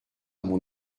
mon